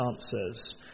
answers